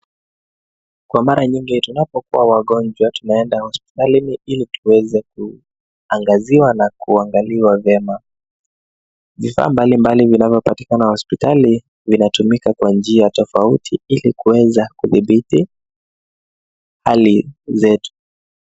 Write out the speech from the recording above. Kwa mara nyingi tunapokua wagonjwa, tunaenda hospitalini ili tuweze kuangaziwa na kuangaliwa vyema. Vifaa mbali mbali vinavyopatikana hospitali vinatumika kwa njia tofauti, ili kuweza kudhibiti hali zetu.